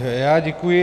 Já děkuji.